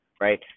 right